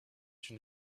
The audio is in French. une